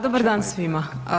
Dobar dan svima.